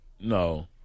No